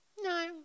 No